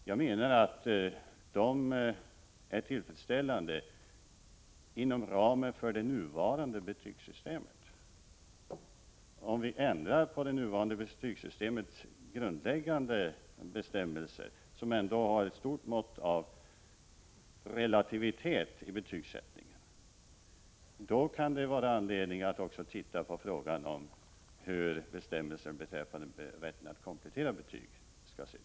Jag menar att de är tillfredsställande inom ramen för det nuvarande betygssystemet. Om vi ändrar på det nuvarande betygssystemets grundläggande bestämmelser, som ändå har ett stort mått av relativitet i betygsättningen, kan man ha anledning att också se på frågan hur bestämmelserna för att komplettera betyg skall se ut.